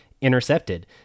intercepted